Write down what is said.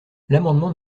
l’amendement